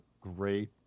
great